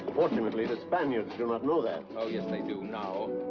fortunately, the spaniards do not know that. oh yes they do, now,